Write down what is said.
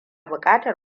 buƙatar